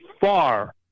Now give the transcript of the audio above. far